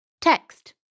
Text